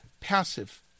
passive